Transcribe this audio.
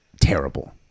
terrible